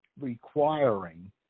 requiring